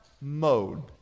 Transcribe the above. mode